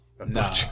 No